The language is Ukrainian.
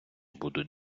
будуть